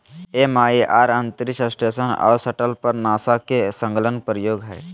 MIR अंतरिक्ष station और shuttle पर नासा के संलग्न प्रयोग हइ